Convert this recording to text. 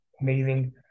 amazing